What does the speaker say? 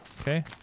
Okay